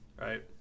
right